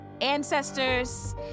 ancestors